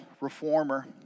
reformer